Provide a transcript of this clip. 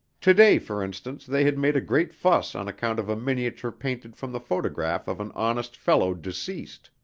today for instance they had made a great fuss on account of a miniature painted from the photograph of an honest fellow deceased,